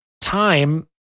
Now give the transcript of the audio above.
time